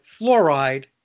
fluoride